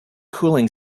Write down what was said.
cooling